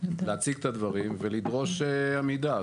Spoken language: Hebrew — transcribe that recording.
להציג את הדברים ולדרוש מידע.